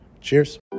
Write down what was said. Cheers